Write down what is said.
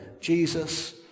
Jesus